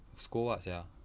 scold what sia